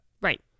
Right